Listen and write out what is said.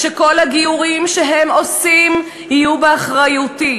שכל הגיורים שהם עושים יהיו באחריותו.